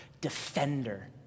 defender